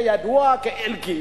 שידוע כאלקין,